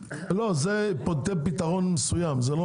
זה מה